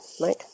right